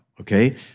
Okay